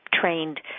trained